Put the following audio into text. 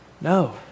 No